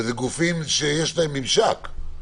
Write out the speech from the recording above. ואלה גופים שיש להם ממשק.